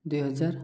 ଦୁଇ ହଜାର